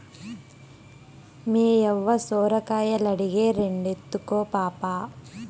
మేయవ్వ సొరకాయలడిగే, రెండెత్తుకో పాపా